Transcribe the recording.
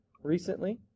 Recently